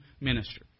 minister